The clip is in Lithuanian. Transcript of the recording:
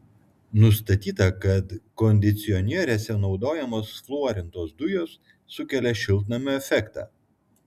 nustatyta kad kondicionieriuose naudojamos fluorintos dujos sukelia šiltnamio efektą